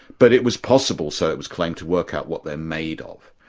but it was possible, so it was claimed, to work out what they're made of.